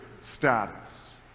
status